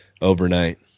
Overnight